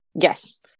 Yes